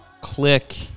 click –